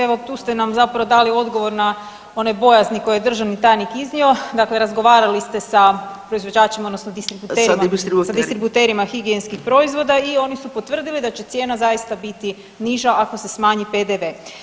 Evo tu ste nam zapravo dali odgovor na one bojazni koje je državni tajnik iznio, dakle razgovarali ste sa proizvođačima odnosno distributerima higijenskih proizvoda i oni su potvrdili da će cijena zaista biti niža ako se smanji PDV.